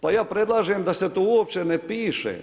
Pa ja predlažem da se to uopće ne piše.